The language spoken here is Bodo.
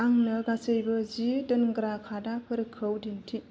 आंनो गासैबो जि दोनग्रा खादाफोरखौ दिन्थि